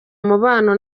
umubano